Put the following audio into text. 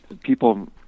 people